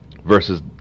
versus